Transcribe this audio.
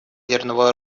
ядерного